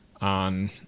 on